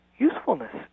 Usefulness